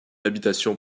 habitation